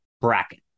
bracket